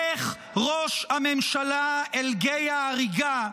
לך, ראש הממשלה, אל גיא ההריגה.